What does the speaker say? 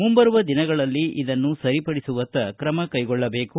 ಮುಂಬರುವ ದಿನಗಳಲ್ಲಿ ಇದನ್ನು ಸರಿಪಡಿಸುವತ್ತ ಕ್ರಮ ಕೈಗೊಳ್ಳಬೇಕು